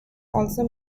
also